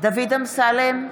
דוד אמסלם,